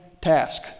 task